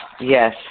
Yes